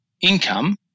income